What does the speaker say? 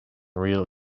real